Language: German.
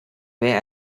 wer